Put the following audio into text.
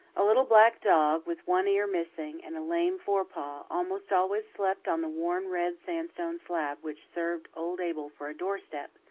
a little black dog, with one ear missing and a lame forepaw, almost always slept on the worn red sandstone slab which served old abel for a doorstep